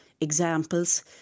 examples